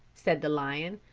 said the lion.